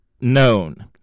known